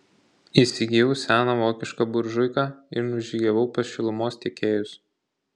įsigijau seną vokišką buržuiką ir nužygiavau pas šilumos tiekėjus